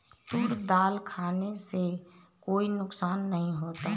तूर दाल खाने से कोई नुकसान नहीं होता